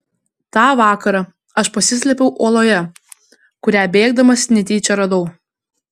tą vakarą aš pasislėpiau uoloje kurią bėgdamas netyčia radau